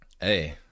Hey